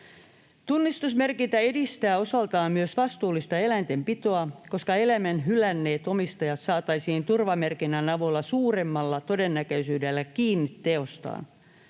Tunnistusmerkintä edistää osaltaan myös vastuullista eläintenpitoa, koska eläimen hylänneet omistajat saataisiin turvamerkinnän avulla suuremmalla todennäköisyydellä kiinni teostaan.